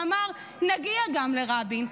ואמר: נגיע גם לרבין.